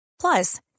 Plus